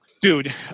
dude